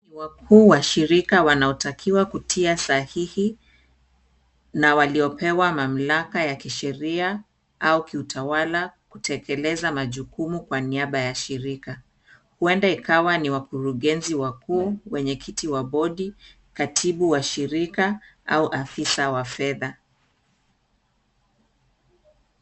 Waku wa shirika wanaotakiwa kutia sahihi na waliopewa mamlaka ya kisheria au kiutawala kutekeleza majukumu kwa niaba ya shirika. Huenda ikawa ni wakurugenzi wakuu, wenye kiti wa bodi, katibu wa shirika au afisa wa fedha.